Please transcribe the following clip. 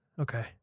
okay